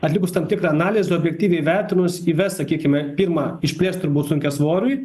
atlikus tam tikrą analizę objektyviai įvertinus įvest sakykime pirma išplėst turbūt sunkiasvoriui